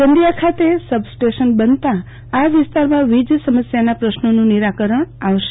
ચંદિયા ખાતે સબસ્ટેશન બનતા આ વિસ્તારમાં વીજ સમસ્યાના પ્રશ્નોનું નિરાકરણ આવશે